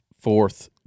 fourth